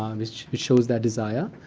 um which shows their desire.